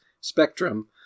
Spectrum